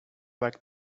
like